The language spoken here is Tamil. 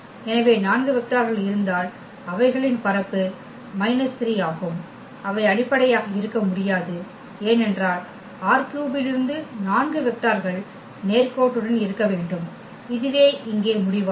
எனவே 4 வெக்டார்கள் இருந்தால் அவைகளின் பரப்பு 3 ஆகும் அவை அடிப்படையாக இருக்க முடியாது ஏனென்றால் ℝ3 இலிருந்து 4 வெக்டார்கள் நேர்கோட்டுடன் இருக்க வேண்டும் இதுவே இங்கே முடிவாகும்